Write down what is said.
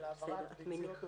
של העברת ביציות העוברים,